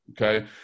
okay